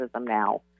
now